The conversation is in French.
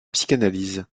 psychanalyse